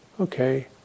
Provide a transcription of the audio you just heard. okay